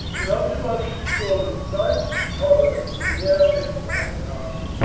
but unto us, who saw, the mightiest horror that e'er met mine eye. ch.